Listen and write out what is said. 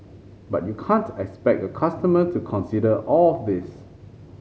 but you can't expect a customer to consider all of this